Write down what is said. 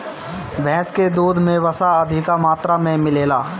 भैस के दूध में वसा अधिका मात्रा में मिलेला